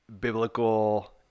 biblical